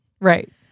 Right